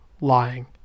lying